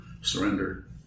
Surrender